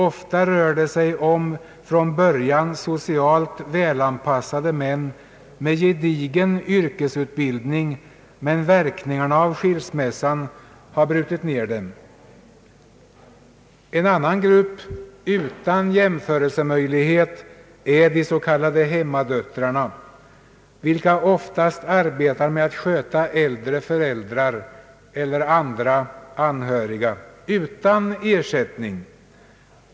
Ofta rör det sig om från början socialt välanpassade män med gedigen yrkesutbildning. Men verkningarna av skilsmässan har brutit ner dem.» En annan grupp utan jämförelsemöjlighet är de s.k. hemmadöttrarna, vilka oftast arbetar med att sköta gamla föräldrar eller andra anhöriga utan ersättning.